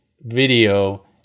video